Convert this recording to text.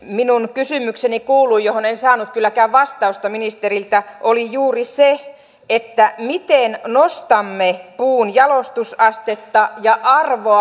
minun kysymykseni johon en saanut kylläkään vastausta ministeriltä oli juuri se että miten nostamme puun jalostusastetta ja arvoa